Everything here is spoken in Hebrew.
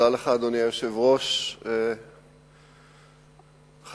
אדוני היושב-ראש, תודה לך.